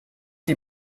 die